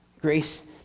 Grace